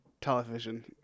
television